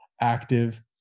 active